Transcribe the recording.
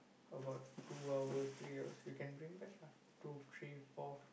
about two hours three hours you can bring back lah two three four